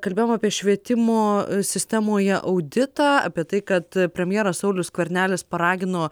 kalbėjom apie švietimo sistemoje auditą apie tai kad premjeras saulius skvernelis paragino